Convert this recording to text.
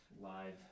live